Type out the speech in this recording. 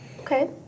Okay